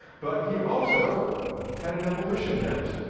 but he also had an evolution bent.